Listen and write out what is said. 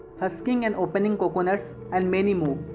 husking and opening coconuts and many more.